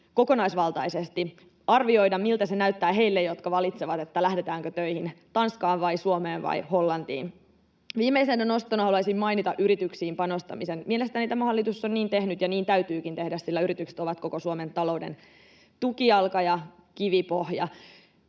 kokonaisvaltaisesti, arvioida, miltä se näyttää heille, jotka valitsevat, lähdetäänkö töihin Tanskaan vai Suomeen vai Hollantiin. Viimeisenä nostona haluaisin mainita yrityksiin panostamisen. Mielestäni tämä hallitus on niin tehnyt, ja niin täytyykin tehdä, sillä yritykset ovat koko Suomen talouden tukijalka ja kivipohja.